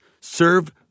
Serve